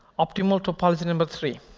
optimal topology number three.